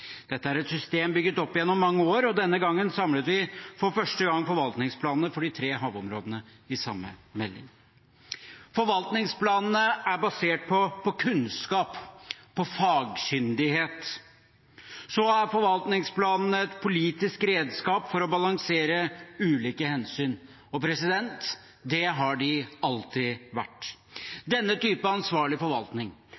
Dette er et system bygget opp gjennom mange år, og denne gangen samler vi for første gang forvaltningsplanene for de tre havområdene i samme melding. Forvaltningsplanene er basert på kunnskap, på fagkyndighet. Så er forvaltningsplanene et politisk redskap for å balansere ulike hensyn. Det har de alltid